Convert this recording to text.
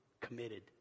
committed